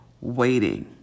waiting